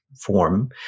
form